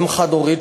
אם חד-הורית,